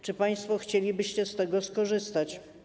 Czy państwo chcielibyście z tego skorzystać?